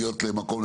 חברים,